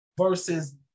versus